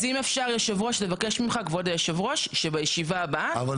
אז אם אפשר כבוד יושב-הראש שבישיבה הבאה